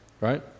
right